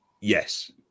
yes